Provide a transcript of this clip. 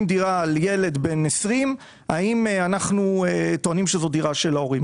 דירה לילד בן 20 זה נחשב לדירה של ההורים.